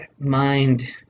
Mind